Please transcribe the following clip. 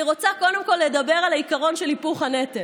אני רוצה קודם כול לדבר על העיקרון של היפוך הנטל.